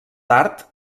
tard